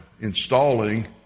installing